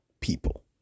people